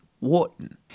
Wharton